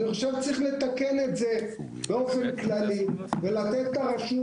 אני חושב שצריך לתקן את זה באופן כללי ולתת לרשות